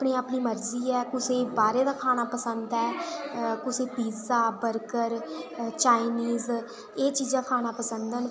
अपनी अपनी मर्जी ऐ कुसै गी बाह्रै दा खाना पसंद ऐ कुसै गी पीजा बर्गर चाइनीज ऐ चीजां खाना पसंद न